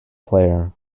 player